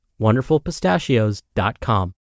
WonderfulPistachios.com